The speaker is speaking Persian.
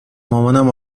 مامانم